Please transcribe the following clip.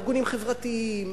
ארגונים חברתיים,